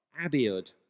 Abiud